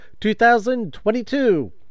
2022